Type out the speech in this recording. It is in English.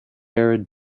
arid